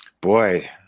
Boy